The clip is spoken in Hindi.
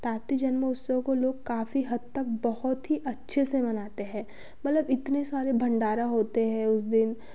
ताप्ती महोत्सव को लोग काफ़ी हद तक बहुत ही अच्छे से मनाते है मतलब इतने सारे भण्डारा होते हैं उस दिन